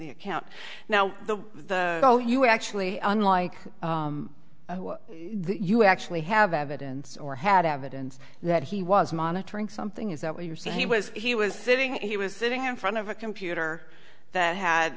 the account now the oh you actually unlike you actually have evidence or had evidence that he was monitoring something is that what you're saying he was he was sitting he was sitting in front of a computer that had